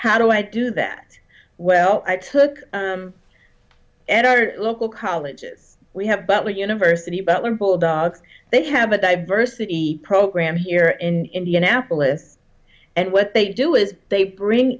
how do i do that well i took at our local colleges we have but university butler bulldogs they have a diversity program here in indianapolis and what they do is they bring